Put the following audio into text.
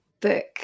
book